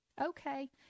okay